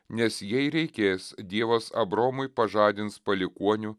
nes jei reikės dievas abraomui pažadins palikuonių